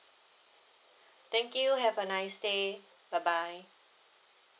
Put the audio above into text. thank you have a nice day bye bye